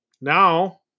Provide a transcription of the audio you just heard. Now